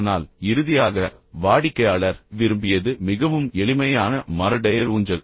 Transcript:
ஆனால் இறுதியாக வாடிக்கையாளர் விரும்பியது மிகவும் எளிமையான மர டயர் ஊஞ்சல்